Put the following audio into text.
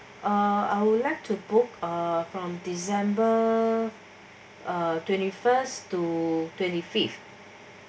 uh I would like to book from december twenty first to twenty fifth